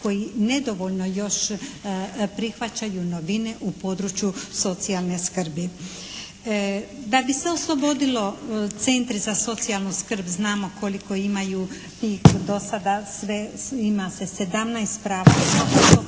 koji nedovoljno još prihvaćaju novine u području socijalne skrbi. Da bi se oslobodilo centre za socijalnu skrb, znamo koliko imaju tih do sada, ima se